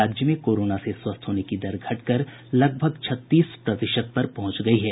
राज्य में कोरोना से स्वस्थ होने की दर घटकर लगभग छत्तीस प्रतिशत पर पहुंच गयी है